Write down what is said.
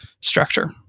structure